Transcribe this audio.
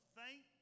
thank